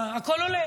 מה, הכול עולה.